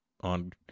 on